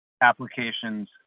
applications